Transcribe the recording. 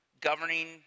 governing